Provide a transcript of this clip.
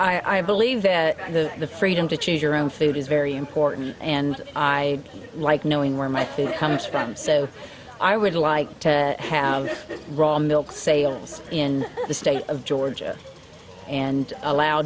but i believe that the the freedom to choose your own food is very important and i like knowing where my food comes from so i would like to have the raw milk sales in the state of georgia and allow